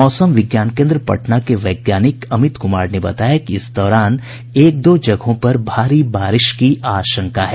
मौसम विज्ञान केन्द्र पटना के वैज्ञानिक अमित कुमार ने बताया कि इस दौरान एक दो जगहों पर भारी बारिश की भी आशंका है